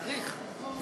צריך.